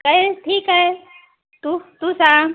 काही नाही ठीक आहे तू तू सांग